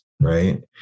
right